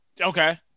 Okay